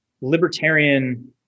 libertarian